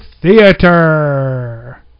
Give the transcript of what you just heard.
Theater